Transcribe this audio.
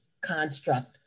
construct